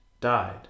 died